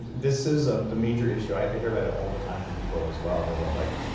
this is a ah major issue. i hear about it all the time from people as well they're like,